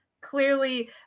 clearly